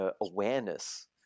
awareness